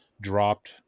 dropped